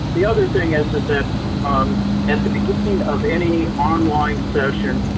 the other thing is is that um at the beginning of any online session,